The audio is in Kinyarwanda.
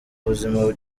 buzima